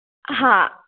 हा